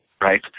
right